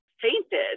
fainted